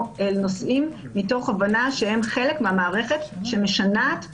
אל נוסעים מתוך הבנה שהם חלק מהמערכת שמשנעת אותנו,